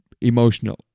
emotional